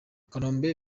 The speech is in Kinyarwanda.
kanombe